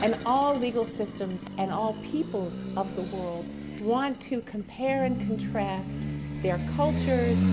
an all legal systems and all peoples of the world want to compare and contrast their cultures,